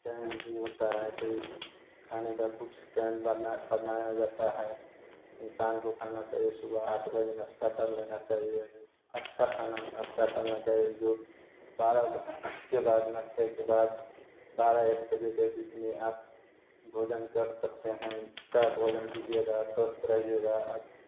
time भी होता है तो खाने का कुछ टाइम बनाया जाता है इंसान को खाना चाहिए सुबह आठ बजे नाश्ता कर लेना चाहिए अच्छा खाना नाश्ता करना चाहिए जो बारह उसके बाद नाश्ता के बाद बारह एक बजे के बीच में आप भोजन कर सकते हैं अच्छा भोजन कीजिए स्वस्थ रहीएगा एच